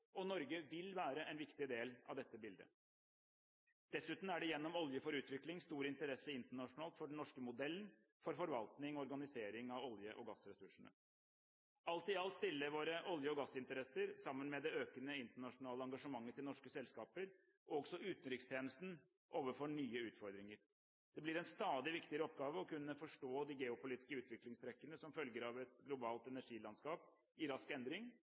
og Norge vil være en viktig del av dette bildet. Dessuten er det gjennom Olje for utvikling stor interesse internasjonalt for den norske modellen for forvaltning og organisering av olje- og gassressursene. Alt i alt stiller våre olje- og gassinteresser – sammen med det økende internasjonale engasjementet til norske selskaper – også utenrikstjenesten overfor nye utfordringer. Det blir en stadig viktigere oppgave å kunne forstå de geopolitiske utviklingstrekkene som følger av et globalt energilandskap i rask endring,